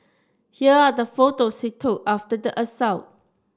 here are the photos he took after the assault